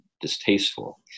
distasteful